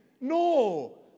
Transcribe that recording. no